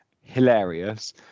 hilarious